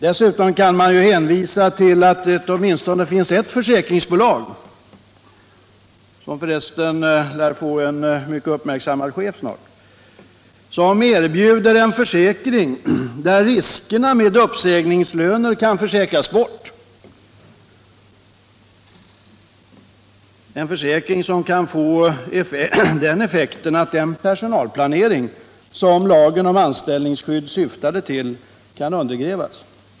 Dessutom kan man hänvisa till att det åtminstone finns ett försäkringsbolag, som för resten snart lär få en mycket uppmärksammad chef, som erbjuder en försäkring genom vilken riskerna med uppsägningslöner kan försäkras bort — en försäkring som kan få till effekt att den personalplanering som lagen om anställningstrygghet syftade till undergrävs.